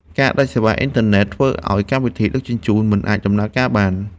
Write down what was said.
ការដាច់សេវាអ៊ីនធឺណិតធ្វើឱ្យកម្មវិធីដឹកជញ្ជូនមិនអាចដំណើរការបាន។